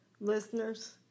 listeners